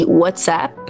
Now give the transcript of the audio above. whatsapp